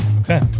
Okay